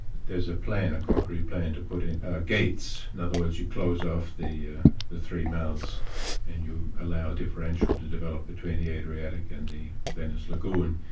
there's a plan, a concrete plan to put in ah gates. in other words, you close off the ah the three mouths and you allow a differential to develop between the adriatic and the venice lagoon,